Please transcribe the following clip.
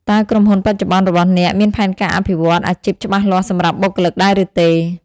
តើក្រុមហ៊ុនបច្ចុប្បន្នរបស់អ្នកមានផែនការអភិវឌ្ឍន៍អាជីពច្បាស់លាស់សម្រាប់បុគ្គលិកដែរឬទេ?